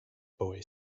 boy